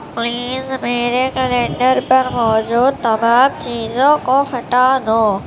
please میرے calendar پر موجود تمام چیزوں کو ہٹا دو